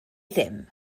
ddim